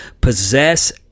possess